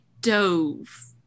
dove